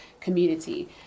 community